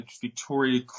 Victoria